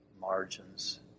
margins